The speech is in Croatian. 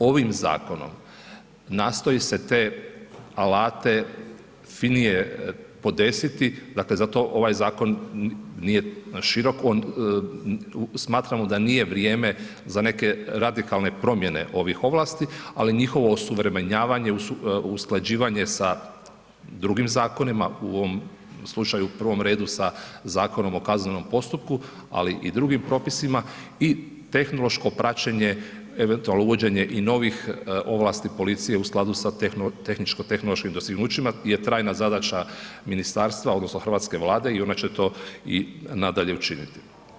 Ovim zakonom nastoji se te alate finije podesiti, dakle zato ovaj zakon nije širok, smatramo da nije vrijeme za neke radikalne promjene ovih ovlasti, ali njihovo osuvremenjavanje, usklađivanje sa drugim zakonima, u ovom slučaju u prvom redu sa Zakonom o kaznenom postupku, ali i drugim propisima i tehnološko praćenje, eventualno uvođenje i novih ovlasti policije u skladu sa tehničko tehnološkim dostignućima je trajna zadaća ministarstva odnosno hrvatske Vlade i ona će to i nadalje učiniti.